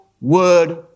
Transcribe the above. word